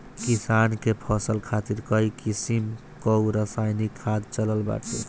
किसानन के फसल खातिर कई किसिम कअ रासायनिक खाद चलत बाटे